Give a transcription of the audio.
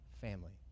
family